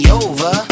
over